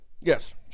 Yes